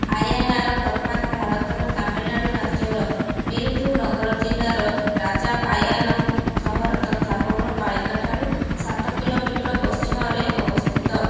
ଆୟାନାର ପ୍ରପାତ ଭାରତର ତାମିଲନାଡ଼ୁ ରାଜ୍ୟର ବିରୁଧୁନଗର ଜିଲ୍ଲାର ରାଜାପାୟାଲମ୍ ସହର ତଥା ପୌରପାଳିକା ଠାରୁ ସାତ କିଲୋମିଟର ପଶ୍ଚିମରେ ଅବସ୍ଥିତ